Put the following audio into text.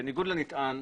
בניגוד לנטען,